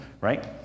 right